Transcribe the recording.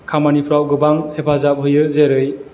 खामानिफ्राव गोबां हेफाजाब होयो जेरै